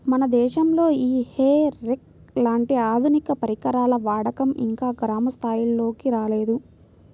మన దేశంలో ఈ హే రేక్ లాంటి ఆధునిక పరికరాల వాడకం ఇంకా గ్రామ స్థాయిల్లోకి రాలేదు